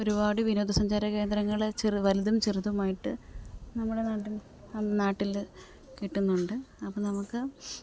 ഒരുപാട് വിനോദസഞ്ചാര കേന്ദ്രങ്ങൾ ചെറുത് വലുതും ചെറുതുമായിട്ട് നമ്മുടെ നാട്ടിൽ നാട്ടിൽ കിട്ടുന്നുണ്ട് അപ്പോൾ നമുക്ക്